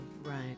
Right